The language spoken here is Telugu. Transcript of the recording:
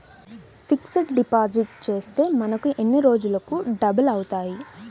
ఫిక్సడ్ డిపాజిట్ చేస్తే మనకు ఎన్ని రోజులకు డబల్ అవుతాయి?